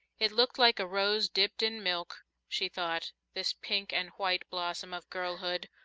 it looked like a rose dipped in milk, she thought, this pink and white blossom of girlhood,